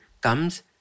comes